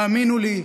"האמינו לי,